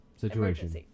situation